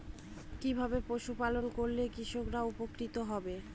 কিভাবে পশু পালন করলেই কৃষকরা উপকৃত হবে?